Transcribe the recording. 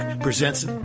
presents